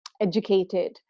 educated